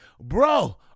Bro